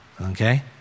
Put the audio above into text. okay